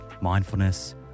mindfulness